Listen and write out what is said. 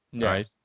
Right